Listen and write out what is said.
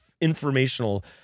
informational